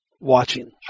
watching